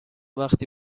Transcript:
وقتی